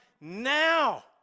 now